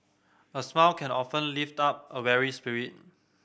a smile can often lift up a weary spirit